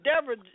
Deborah